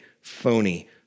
phony